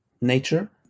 nature